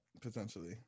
potentially